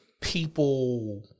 People